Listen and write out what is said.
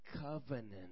covenant